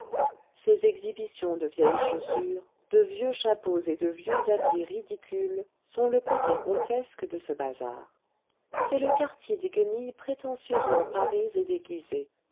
ces exhibitions de vieilles chaussures de vieux chapeaux et de vieux habits ridicules sont le côté grotesque de ce bazar c'est le quartier des guenilles prétentieusement parées et déguisées